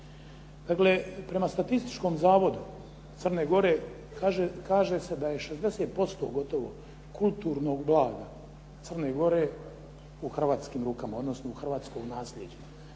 Dakle, prema statističkom zavodu Crne Gore kaže se da je 60% gotovo kulturnog blaga Crne Gore u hrvatskim rukama odnosno u hrvatskom nasljeđu.